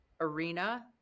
arena